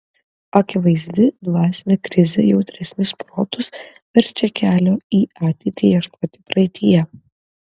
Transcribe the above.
akivaizdi dvasinė krizė jautresnius protus verčia kelio į ateitį ieškoti praeityje